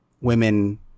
women